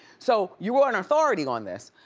so you are an authority on this.